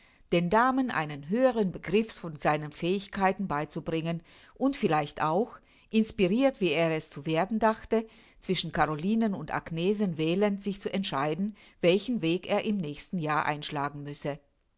den damen einen höheren begriff von seinen fähigkeiten beizubringen und vielleicht auch inspirirt wie er es zu werden dachte zwischen carolinen und agnesen wählend sich zu entscheiden welchen weg er im nächsten jahre einschlagen müsse